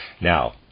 Now